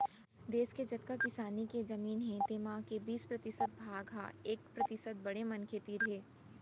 देस के जतका किसानी के जमीन हे तेमा के बीस परतिसत भाग ह एक परतिसत बड़े मनखे तीर हे